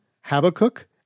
Habakkuk